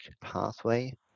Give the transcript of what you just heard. pathway